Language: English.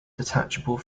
detachable